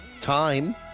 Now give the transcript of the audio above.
time